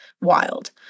Wild